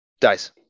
Dice